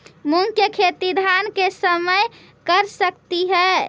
मुंग के खेती धान के समय कर सकती हे?